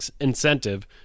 incentive